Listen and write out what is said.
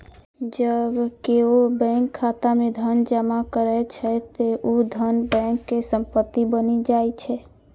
जब केओ बैंक खाता मे धन जमा करै छै, ते ऊ धन बैंक के संपत्ति बनि जाइ छै